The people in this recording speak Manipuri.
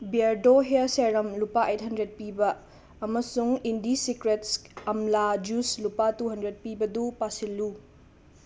ꯕ꯭ꯌꯔꯗꯣ ꯍꯦꯔ ꯁꯦꯔꯝ ꯂꯨꯄꯥ ꯑꯩꯠ ꯍꯟꯗ꯭ꯔꯦꯠ ꯄꯤꯕ ꯑꯃꯁꯨꯡ ꯏꯟꯗꯤ ꯁꯤꯀ꯭ꯔꯦꯠꯁ ꯑꯝꯂꯥ ꯖꯨꯁ ꯂꯨꯄꯥ ꯇꯨ ꯍꯟꯗ꯭ꯔꯦꯠ ꯄꯤꯕꯗꯨ ꯄꯥꯁꯤꯜꯂꯨ